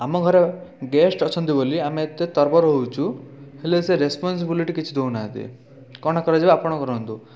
ଆମ ଘରେ ଗେଷ୍ଟ୍ ଅଛନ୍ତି ବୋଲି ଆମେ ଏତେ ତରବର ହେଉଛୁ ହେଲେ ସେ ରେସପନ୍ସବିଲିଟି କିଛି ଦେଉନାହାନ୍ତି କ'ଣ କରାଯିବ ଆପଣ କରନ୍ତୁ